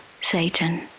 Satan